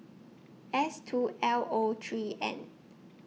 S two L O three N